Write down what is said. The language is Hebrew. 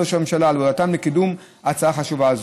ראש הממשלה על עבודתם לקידום הצעה חשובה זו.